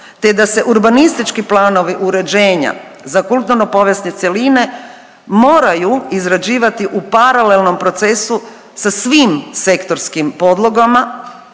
te da se urbanistički planovi uređenja za kulturno-povijesne cjeline moraju izrađivati u paralelnom procesu sa svim sektorskim podlogama